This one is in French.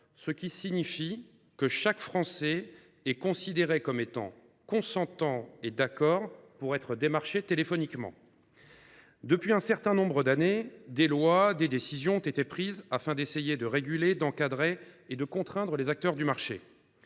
ce qui signifie que chaque Français est considéré comme consentant au démarchage téléphonique. Depuis un certain nombre d’années, des lois ont été votées, des décisions ont été prises, afin d’essayer de réguler, d’encadrer et de contraindre les acteurs du marché.